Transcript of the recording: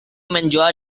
menjual